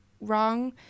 wrong